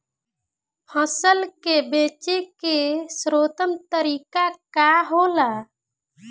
फसल के बेचे के सर्वोत्तम तरीका का होला?